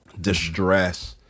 distress